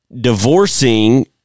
divorcing